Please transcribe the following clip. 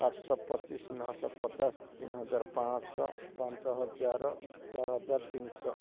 ଆଠଶହ ପଚିଶ ନଅଶହ ପଚାଶ ତିନିହଜାର ପାଞ୍ଚଶହ ପାଞ୍ଚ ହଜାର ଚାରି ହଜାର ତିନିଶହ